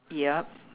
yup